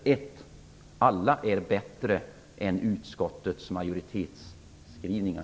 Alla dessa är bättre än utskottets majoritetsskrivningar.